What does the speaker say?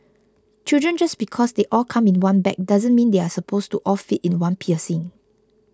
children just because they all come in one bag doesn't mean they are supposed to all fit in one piercing